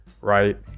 Right